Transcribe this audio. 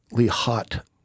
hot